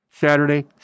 Saturday